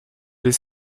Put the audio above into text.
les